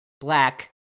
black